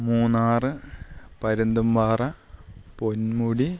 Munnar Parunthumpara Ponmudi